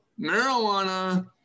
marijuana